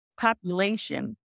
population